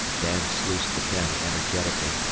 dan sluiced the pen energetically,